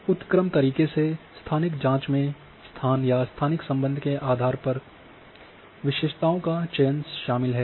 उतक्रम तरीके से स्थानिक जाँच में स्थान या स्थानिक संबंध के आधार पर विशेषताओं का चयन शामिल है